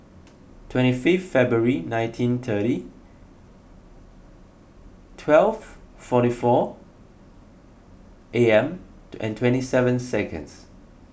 twenty fifth February nineteen thirty twelve forty four a m twenty seven seconds